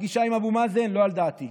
הפגישה עם אבו מאזן לא על דעתי.